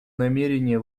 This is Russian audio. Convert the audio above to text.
намерение